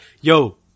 Yo